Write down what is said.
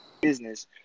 business